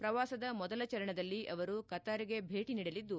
ಪ್ರವಾಸದ ಮೊದಲ ಚರಣದಲ್ಲಿ ಅವರು ಕತಾರ್ಗೆ ಭೇಟ ನೀಡಲಿದ್ದು